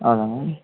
ಹೌದಾ ಮ್ಯಾಮ್